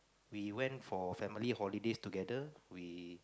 we went for family holidays together we